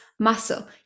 Muscle